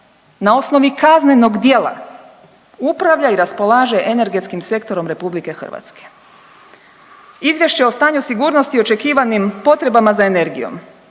na osnovi kaznenog djela upravlja i raspolaže energetskim sektorom RH. Izvješće o stanju sigurnosti očekivanim potrebama za energijom,